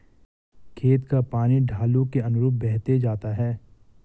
खेत का पानी ढालू के अनुरूप बहते जाता है